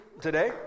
today